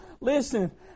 listen